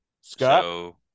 Scott